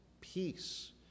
peace